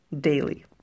daily